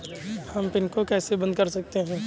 हम पिन को कैसे बंद कर सकते हैं?